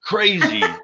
Crazy